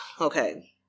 okay